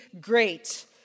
great